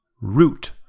Root